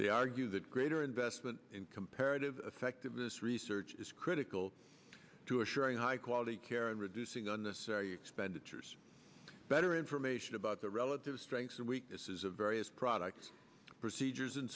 they argue that greater investment in comparative effectiveness research is critical to assuring high quality care and reducing on this expenditures better information about the relative strengths and weaknesses of various product procedures